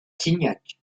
signac